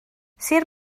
sir